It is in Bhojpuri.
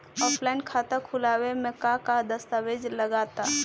ऑफलाइन खाता खुलावे म का का दस्तावेज लगा ता?